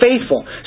faithful